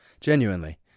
Genuinely